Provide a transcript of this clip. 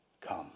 come